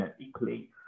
equally